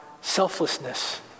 selflessness